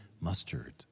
mustard